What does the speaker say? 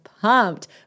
pumped